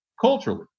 culturally